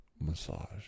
Massage